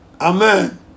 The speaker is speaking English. Amen